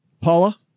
Paula